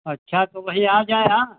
अच्छा तो वही आ जाएं ना